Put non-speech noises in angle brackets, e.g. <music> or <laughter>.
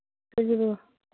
<unintelligible>